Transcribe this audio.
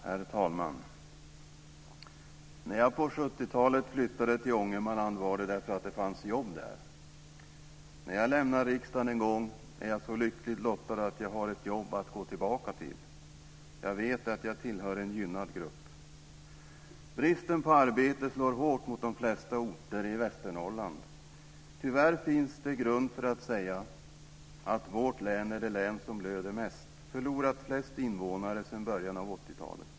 Herr talman! När jag på 70-talet flyttade till Ångermanland var det därför att det fanns jobb där. När jag lämnar riksdagen en gång är jag så lyckligt lottad att jag har ett jobb att gå tillbaka till. Jag vet att jag tillhör en gynnad grupp. Bristen på arbete slår hårt mot de flesta orter i Västernorrland. Tyvärr finns det grund för att säga att vårt län är det län som blöder mest och förlorat flest invånare sedan början av 80-talet.